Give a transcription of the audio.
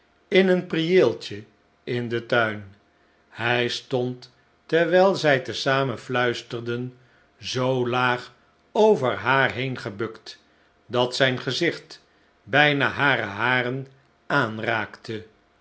in een prieeltje in den tain hij stond terwijl zij te zamen fluisterden zoo laag over haar heen gebukt dat zijn gezicht bijna hare haren aanraakte